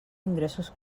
ingressos